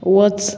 वच